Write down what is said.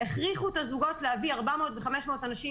הכריחו את הזוגות להביא 400 ו-500 איש